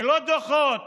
ולא דוחות